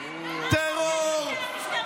טרור,